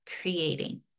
creating